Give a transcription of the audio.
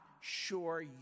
sure